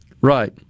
Right